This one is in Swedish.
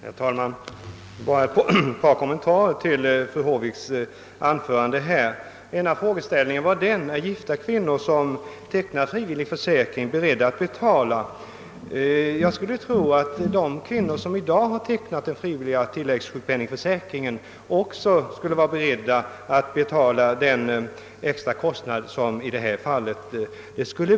Herr talman! Jag vill bara göra ett par kommentarer till fru Håviks anförande, där en frågeställning gällde om gifta kvinnor som tecknat frivllig försäkring är beredda att betala ytterligare avgifter. Jag skulle tro att detta är fallet beträffande den extra kostnad som här skulle uppstå.